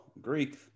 Greek